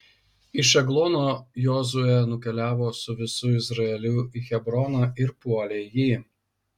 iš eglono jozuė nukeliavo su visu izraeliu į hebroną ir puolė jį